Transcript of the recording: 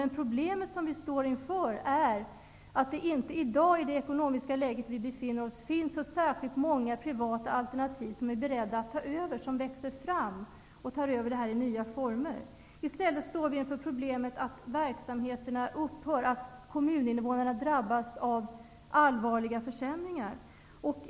Men det problem som vi står inför är att det inte i dag i det ekonomiska läge som vi befinner oss i finns så särskilt många privata alternativ som växer fram och tar över verksamheter i nya former. I stället står vi inför problemet att verksamheterna upphör och kommuninvånarna drabbas av allvarliga försämringar.